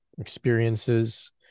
experiences